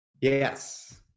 Yes